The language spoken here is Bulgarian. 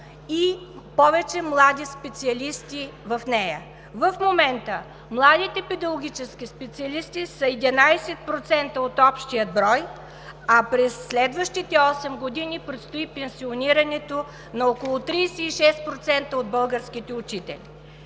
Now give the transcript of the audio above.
и повече млади специалисти в нея. В момента младите педагогически специалисти са 11% от общия брой, а през следващите 8 години предстои пенсионирането на около 36% от българските учители.